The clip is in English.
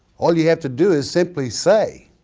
all you have to do is simply say,